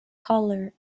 color